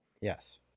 Yes